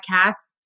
cast